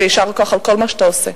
ויישר כוח על כל מה שאתה עושה,